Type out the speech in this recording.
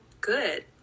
good